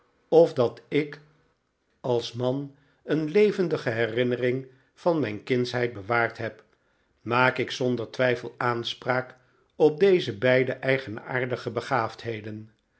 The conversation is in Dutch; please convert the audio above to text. of dat ik als man een levendige herinnering van mijn kindsheid bewaard heb maak ik zonder twijfel aanspraak op deze beide eigenaardige begaafdheden